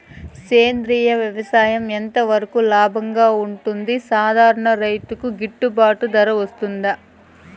సేంద్రియ వ్యవసాయం ఎంత వరకు లాభంగా ఉంటుంది, సాధారణ రైతుకు గిట్టుబాటు ధర వస్తుందా?